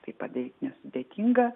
tai padaryti nesudėtinga